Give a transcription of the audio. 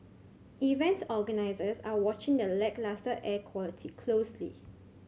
event organisers are watching the lacklustre air quality closely